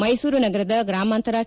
ಮೈಸೂರು ನಗರದ ಗ್ರಾಮಾಂತರ ಕೆ